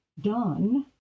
done